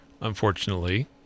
unfortunately